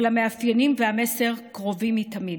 אבל המאפיינים והמסר קרובים מתמיד.